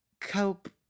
cope